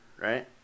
right